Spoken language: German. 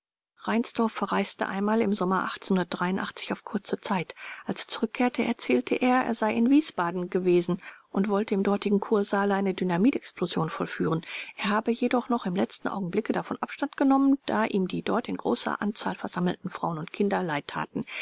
reinsdorf verreiste einmal im sommer auf kurze zeit als er zurückkehrte erzählte er er sei in wiesbaden gewesen wesen und wollte im dortigen kursaale eine dynamitexplosion vollführen er habe jedoch noch im letzten augenblicke davon abstand genommen da ihm die dort in großer anzahl versammelten frauen und kinder leid taten